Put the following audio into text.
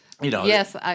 Yes